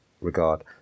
regard